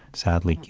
sadly,